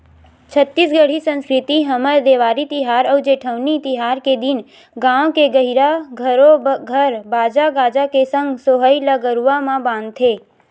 छत्तीसगढ़ी संस्कृति हमर देवारी तिहार अउ जेठवनी तिहार के दिन गाँव के गहिरा घरो घर बाजा गाजा के संग सोहई ल गरुवा म बांधथे